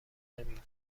نمیگیره